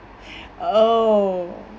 oh